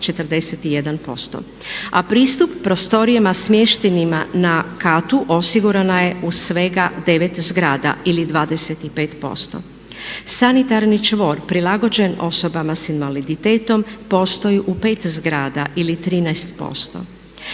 a pristup prostorijama smještenima na katu osigurana je u svega 9 zgrada ili 25%. Sanitarni čvor prilagođen osobama s invaliditetom postoji u 5 zgrada ili 13%